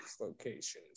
locations